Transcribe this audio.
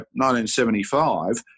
1975